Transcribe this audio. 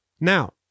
Now